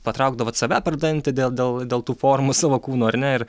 patraukdavot save per dantį dėl dėl tų formų savo kūno ar ne ir